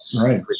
Right